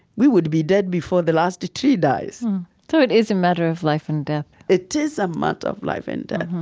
we would be dead before the last tree dies so, it is a matter of life and death it is a matter of life and death,